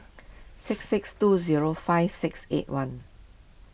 six six two zero five six eight one